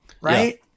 right